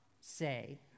say